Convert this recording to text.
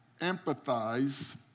empathize